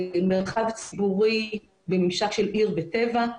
המרחב הציבורי בממשק של עיר בטבע.